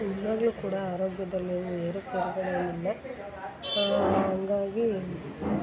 ಇದರಲ್ಲಿ ಕೂಡ ಆರೋಗ್ಯದಲ್ಲಿ ಏನು ಏರುಪೇರುಗಳು ಏನಿಲ್ಲ ಹಂಗಾಗಿ